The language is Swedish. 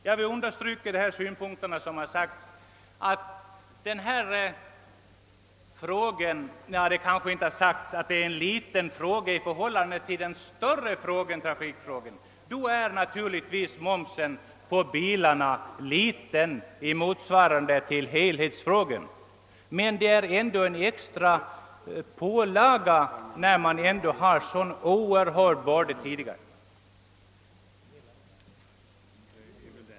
Naturligtvis är frågan om momsen på bilarna en liten fråga jämförd med problemet i stort, men den är ändå en extra pålaga när vi har en så oerhörd börda tidigare.